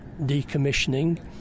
decommissioning